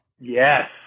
Yes